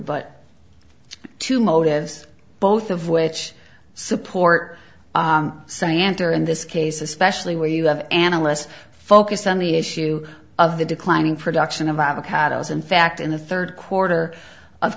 but two motives both of which support santer in this case especially where you have analysts focused on the issue of the declining production of avocadoes in fact in the third quarter of